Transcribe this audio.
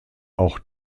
auch